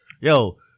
yo